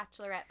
bachelorette